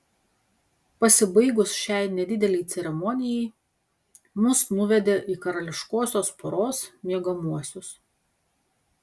pasibaigus šiai nedidelei ceremonijai mus nuvedė į karališkosios poros miegamuosius